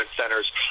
centers